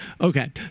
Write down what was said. okay